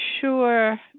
sure